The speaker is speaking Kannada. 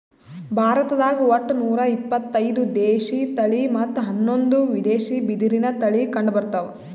ಭಾರತ್ದಾಗ್ ಒಟ್ಟ ನೂರಾ ಇಪತ್ತೈದು ದೇಶಿ ತಳಿ ಮತ್ತ್ ಹನ್ನೊಂದು ವಿದೇಶಿ ಬಿದಿರಿನ್ ತಳಿ ಕಂಡಬರ್ತವ್